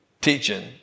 teaching